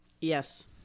Yes